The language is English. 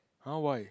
!huh! why